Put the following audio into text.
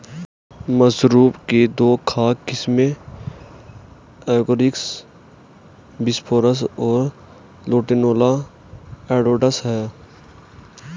mushroom की दो खाद्य किस्में एगारिकस बिस्पोरस और लेंटिनुला एडोडस है